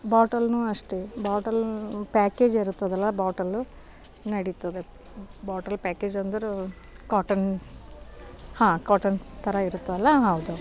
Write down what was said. ಬಾಟಲನ್ನೂ ಅಷ್ಟೇ bottle package ಇರುತ್ತದಲ್ಲ bottle ನಡಿತದೆ ಬಾಟಲ್ ಪ್ಯಾಕೇಜ್ ಅಂದ್ರೆ ಕಾಟನ್ಸ್ ಹಾಂ ಕಾಟನ್ಸ್ ಥರ ಇರ್ತದಲ್ಲ ಹೌದು